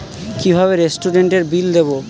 কিভাবে রেস্টুরেন্টের বিল দেবো?